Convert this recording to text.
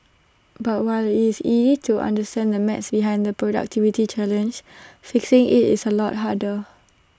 but while IT is easy to understand the maths behind the productivity challenge fixing IT is A lot harder